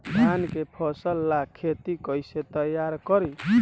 धान के फ़सल ला खेती कइसे तैयार करी?